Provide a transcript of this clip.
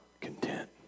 content